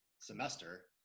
semester